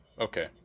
okay